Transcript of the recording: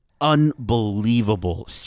Unbelievable